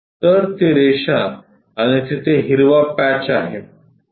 तर ती रेषा आणि तिथे हिरवा पॅच आहे